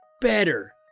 better